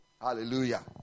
Hallelujah